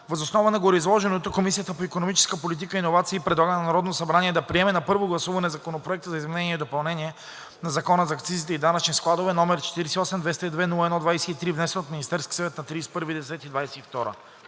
Въз основа на гореизложеното Комисията по икономическа политика и иновации предлага на Народното събрание да приеме на първо гласуване Законопроект за изменение и допълнение на Закона за акцизите и данъчните складове, № 48-202-01-23, внесен от Министерския съвет на 31 октомври